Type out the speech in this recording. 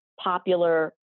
popular